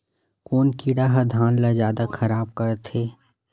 कोन कीड़ा ह धान ल जादा खराब करथे?